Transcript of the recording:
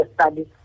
studies